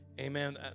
amen